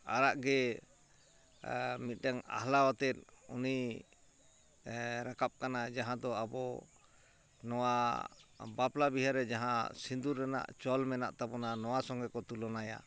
ᱟᱨᱟᱜ ᱜᱮ ᱢᱤᱫᱴᱮᱝ ᱟᱦᱞᱟᱣᱟᱛᱮᱫ ᱩᱱᱤᱭ ᱨᱟᱠᱟᱯ ᱠᱟᱱᱟ ᱡᱟᱦᱟᱸᱫᱚ ᱟᱵᱚ ᱱᱚᱣᱟ ᱵᱟᱯᱞᱟ ᱵᱤᱦᱟᱹᱨᱮ ᱡᱟᱦᱟᱸ ᱥᱤᱸᱫᱩᱨ ᱨᱮᱱᱟᱜ ᱪᱚᱞ ᱢᱮᱱᱟᱜᱼᱟ ᱛᱟᱵᱚᱱᱟ ᱱᱚᱣᱟ ᱥᱚᱸᱜᱮᱠᱚ ᱛᱩᱞᱚᱱᱟᱭᱟ